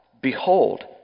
behold